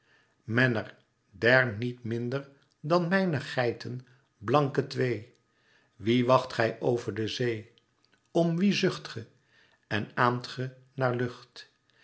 menner der niet minder dan mijne geiten blanke twee wie wacht gij over de zee om wie zucht ge en aâmt ge naar lucht